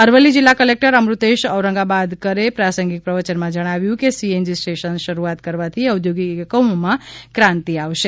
અરવલ્લી જિલ્લાર કલેક્ટર અમૃતેશ ઔરંગાબાદકરે પ્રાસંગિક પ્રવચનમાં જણાવ્યુંર હતું કે સીએનજી સ્ટેલશન શરૂઆત કરવાથી ઔધોગિક એકમોમાં ક્રાંતિ આવશે